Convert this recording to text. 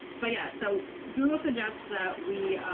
but, yeah, so google suggests that we